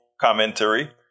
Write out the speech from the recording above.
commentary